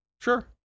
Sure